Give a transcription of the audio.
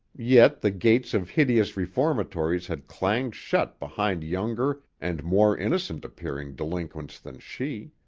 yet the gates of hideous reformatories had clanged shut behind younger and more innocent-appearing delinquents than she.